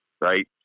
right